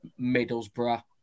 Middlesbrough